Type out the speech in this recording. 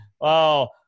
Wow